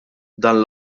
dan